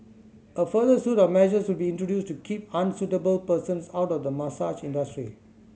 a further suite of measures will be introduced to keep unsuitable persons out of the massage industry